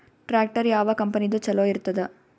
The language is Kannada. ಟ್ಟ್ರ್ಯಾಕ್ಟರ್ ಯಾವ ಕಂಪನಿದು ಚಲೋ ಇರತದ?